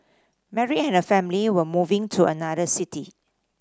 Mary and her family were moving to another city